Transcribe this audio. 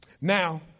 Now